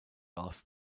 asked